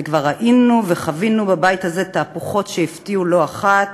וכבר ראינו וחווינו בבית הזה תהפוכות שהפתיעו לא אחת